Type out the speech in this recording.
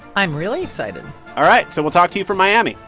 i'm really excited all right. so we'll talk to you from miami.